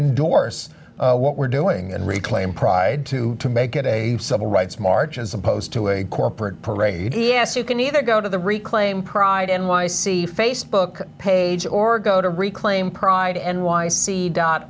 endorse what we're doing and reclaim pride too to make it a civil rights march as opposed to a corporate parade e s you can either go to the reclaim pride n y c facebook page or go to reclaim pride n y c dot